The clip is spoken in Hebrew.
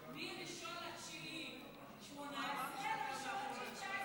מ-1 בספטמבר 2018 עד 1 בספטמבר 2019